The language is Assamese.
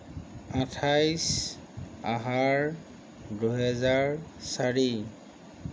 আঠাইছ আহাৰ দুহেজাৰ চাৰি